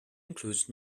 includes